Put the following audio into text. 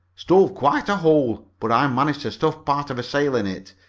stove quite a hole, but i managed to stuff part of a sail in it,